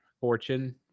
fortune